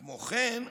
כמו כן,